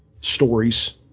stories